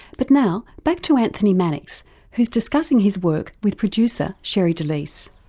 but now, back to anthony mannix who's discussing his work with producer sherre delys.